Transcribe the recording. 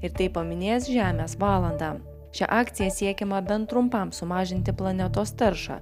ir taip paminės žemės valandą šia akcija siekiama bent trumpam sumažinti planetos taršą